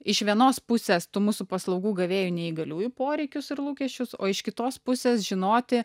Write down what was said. iš vienos pusės tų mūsų paslaugų gavėjų neįgaliųjų poreikius ir lūkesčius o iš kitos pusės žinoti